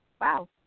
Wow